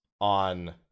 on